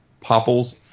Popples